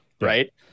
right